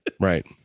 right